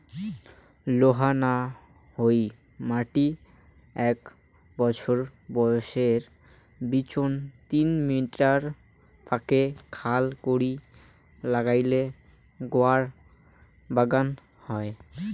লোহা না হই মাটি এ্যাক বছর বয়সের বিচোন তিন মিটার ফাকে খাল করি নাগাইলে গুয়ার বাগান হই